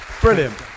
Brilliant